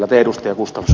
kyllä te ed